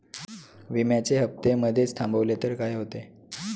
विम्याचे हफ्ते मधेच थांबवले तर काय होते?